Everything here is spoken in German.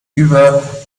über